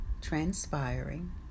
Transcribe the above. transpiring